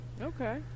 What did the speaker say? Okay